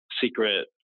secret